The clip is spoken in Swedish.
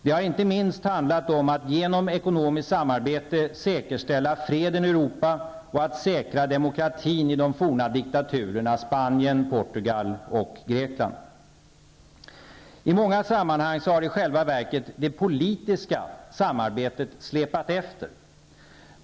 Det har inte minst handlat om att genom ekonomiskt samarbete säkerställa freden i Europa och att säkra demokratin i de forna diktaturerna I många sammanhang har i själva verket det politiska samarbetet släpat efter.